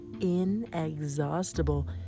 inexhaustible